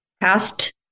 past